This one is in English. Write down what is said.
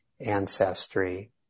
ancestry